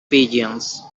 pigeons